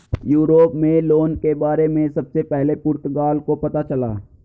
Europe में loan के बारे में सबसे पहले पुर्तगाल को पता चला